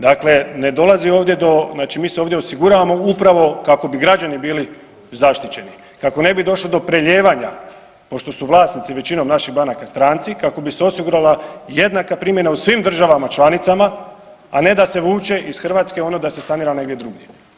Dakle, ne dolazi ovdje do, znači mi se ovdje osiguravamo upravo kako bi građani bili zaštićeni, kako ne bi došlo do prelijevanja pošto su vlasnici većinom naših banaka stranci kako bi se osigurala jednaka primjena u svim državama članicama članicama, a ne da se vuče iz Hrvatske ono da se sanira negdje drugdje.